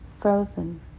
frozen